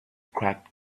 cracked